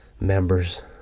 members